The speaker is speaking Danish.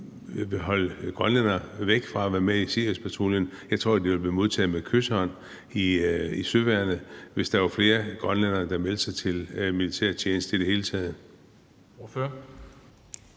holde grønlændere væk fra at være med i Siriuspatruljen. Jeg tror, det ville blive modtaget med kyshånd i søværnet, hvis der var flere grønlændere, der meldte sig til militærtjeneste i det hele taget.